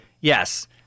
Yes